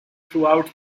throughout